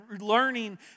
learning